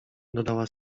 dodała